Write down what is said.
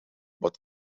but